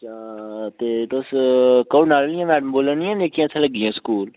ते तुस कूह् नाला आह्लियां मैडम होर बोलै नी आं निं जेह्ड़ियां इत्थें लग्गी दियां स्कूल